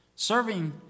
Serving